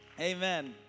Amen